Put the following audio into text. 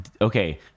Okay